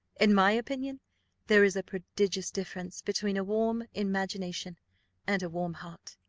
in my opinion there is a prodigious difference between a warm imagination and a warm heart.